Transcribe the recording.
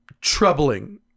troubling